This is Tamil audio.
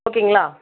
ஓகேங்களா